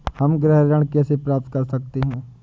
हम गृह ऋण कैसे प्राप्त कर सकते हैं?